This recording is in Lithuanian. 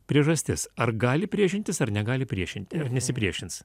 priežastis ar gali priešintis ar negali priešintis nesipriešins